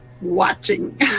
watching